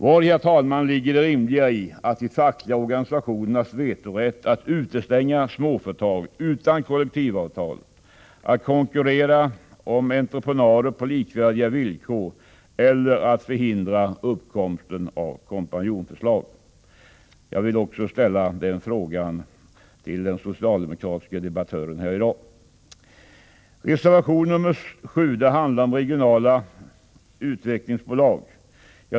Vari, herr talman, ligger det rimliga i att ge de fackliga organisationerna vetorätt att utestänga småföretag utan kollektivavtal, att konkurrera om entreprenader på likvärdiga villkor eller att förhindra uppkomsten av kompanjonföretag? Jag vill ställa också den frågan till den socialdemokratiske debattören i dag. Reservation 7 handlar om regionala utvecklingsbolag.